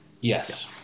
Yes